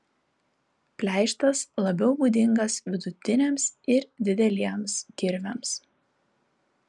pleištas labiau būdingas vidutiniams ir dideliems kirviams